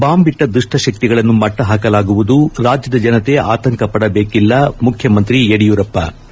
bomb ಇಟ್ಟ ದುಷ್ಷಶಃಗಳನ್ನು ಮಟ್ಟಹಾಕಲಾಗುವುದು ರಾಜ್ಯದ ಜನತೆ ಆತಂಕ ಪಡಬೇಕಿಲ್ಲ ಮುಖ್ಯಮಂತ್ರಿ ಯಡಿಯೂರಪ್ಲ